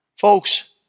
Folks